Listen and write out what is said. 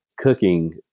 cooking